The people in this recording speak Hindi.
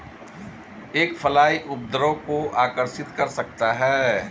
एक फ्लाई उपद्रव को आकर्षित कर सकता है?